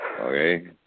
Okay